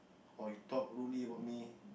or you talk rudely about me